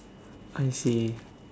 I see